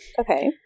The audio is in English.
Okay